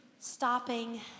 stopping